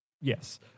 Yes